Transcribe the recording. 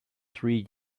three